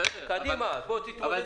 קדימה, בואו תתקדמו.